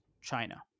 China